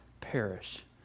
perish